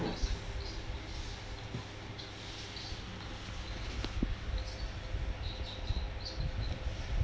is